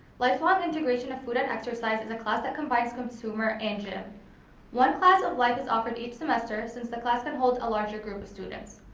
lifelong integration of food and exercise is a class that combines consumer and gym. one class of life is offered each semester since the class can hold a larger group of students.